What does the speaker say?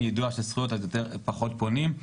יידוע של זכויות אז הם פחות פונים,